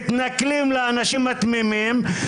מתנכלים לאנשים התמימים,